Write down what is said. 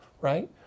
right